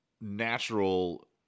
natural